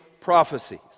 prophecies